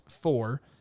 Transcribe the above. four